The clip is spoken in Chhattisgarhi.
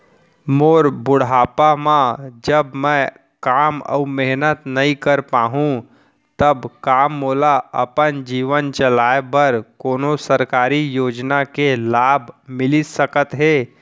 मोर बुढ़ापा मा जब मैं काम अऊ मेहनत नई कर पाहू तब का मोला अपन जीवन चलाए बर कोनो सरकारी योजना के लाभ मिलिस सकत हे?